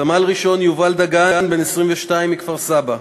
סמל-ראשון יובל דגן, בן 22, מכפר-סבא,